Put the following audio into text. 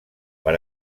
per